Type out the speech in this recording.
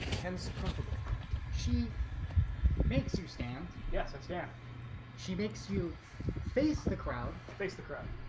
hence cross the ball she makes you stand yes, ex yeah she makes you face the crowd to face the crowd